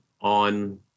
on